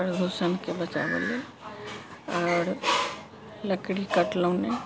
प्रदूषणके बचाबै लेल आओर लकड़ी कटलहुँ नहि